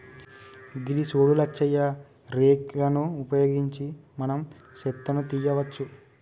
గిది సూడు లచ్చయ్య రేక్ లను ఉపయోగించి మనం సెత్తను తీయవచ్చు